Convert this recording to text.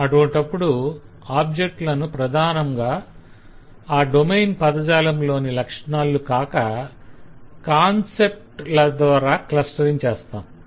అటువంటప్పుడు ఆబ్జెక్ట్ లను ప్రధానంగా ఆ డొమైన్ పదజాలం లోని లక్షణాలు కాక కాన్సెప్ట్ ల ద్వారా క్లస్టరింగ్ చేస్తాం